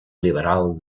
liberal